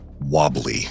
wobbly